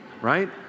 Right